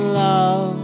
love